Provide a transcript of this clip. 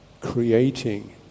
creating